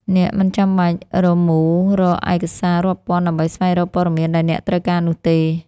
អ្នកមិនចាំបាច់រមូររកសាររាប់ពាន់ដើម្បីស្វែងរកព័ត៌មានដែលអ្នកត្រូវការនោះទេ។